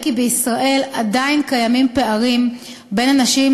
בישראל עדיין קיימים פערים בין אנשים עם